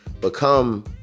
become